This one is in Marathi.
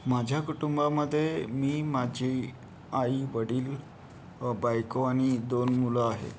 माझ्या कुटुंबामध्ये मी माझी आईवडील बायको आणि दोन मुलं आहेत